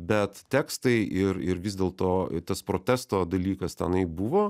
bet tekstai ir ir vis dėlto tas protesto dalykas tenai buvo